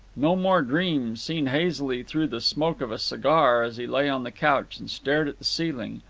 no more dreams, seen hazily through the smoke of a cigar, as he lay on the couch and stared at the ceiling,